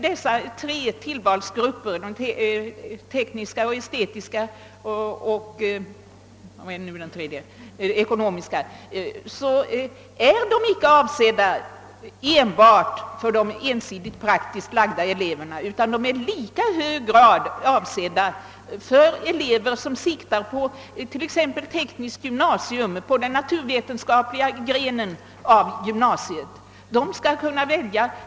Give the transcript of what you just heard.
De tre tillvalsgrupperna — den tekniska, den estetiska och den ekonomiska — är icke avsedda enbart för de ensidigt praktiskt lagda eleverna utan i lika hög grad för elever som siktar på t.ex. tekniskt gymnasium eller på den naturvetenskapliga grenen i gymnasiet.